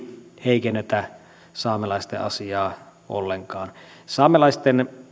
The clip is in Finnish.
heikennetä saamelaisten asiaa ollenkaan